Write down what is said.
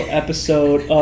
episode